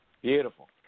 Beautiful